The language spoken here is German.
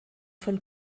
von